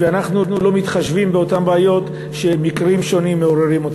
ואנחנו לא מתחשבים באותן בעיות שמקרים שונים מעוררים.